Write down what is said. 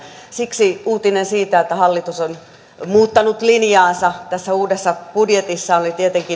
siksi uutinen siitä että hallitus on muuttanut linjaansa tässä uudessa budjetissaan oli tietenkin hyvin